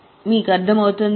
మీకు అర్థమవుతుందా